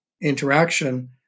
interaction